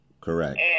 Correct